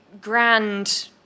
grand